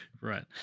Right